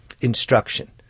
instruction